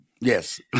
Yes